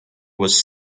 was